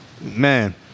man